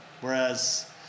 Whereas